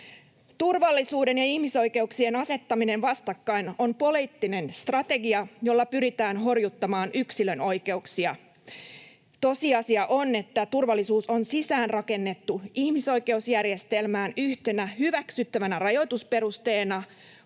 Turvallisuuden ja ihmisoikeuksien asettaminen vastakkain on poliittinen strategia, jolla pyritään horjuttamaan yksilön oikeuksia. Tosiasia on, että turvallisuus on sisäänrakennettu ihmisoikeusjärjestelmään yhtenä hyväksyttävänä rajoitusperusteena,